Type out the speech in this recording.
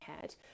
head